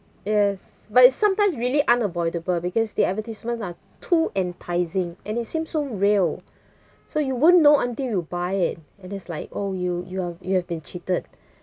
yes but it's sometimes really unavoidable because the advertisements are too enticing and it seemed so real so you won't know until you buy it and it's like oh you you are you have been cheated